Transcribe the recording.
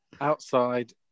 outside